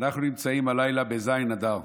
אנחנו נמצאים הלילה בז' באדר,